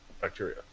bacteria